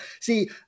See